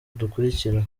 dukurikira